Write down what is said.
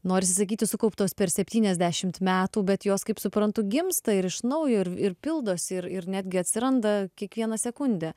norisi sakyti sukauptos per septyniasdešimt metų bet jos kaip suprantu gimsta ir iš naujo ir ir pildosi ir ir netgi atsiranda kiekvieną sekundę